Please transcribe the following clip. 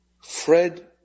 Fred